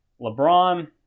LeBron –